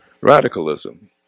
radicalism